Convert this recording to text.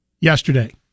yesterday